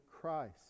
Christ